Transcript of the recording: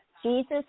Jesus